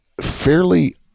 fairly